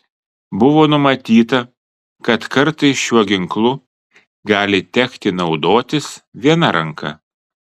buvo numatyta kad kartais šiuo ginklu gali tekti naudotis viena ranka